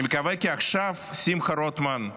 אני מקווה כי עכשיו, שמחה רוטמן,